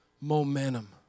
momentum